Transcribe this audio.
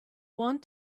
want